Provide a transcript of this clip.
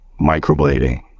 Microblading